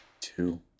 Two